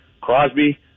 Crosby